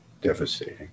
devastating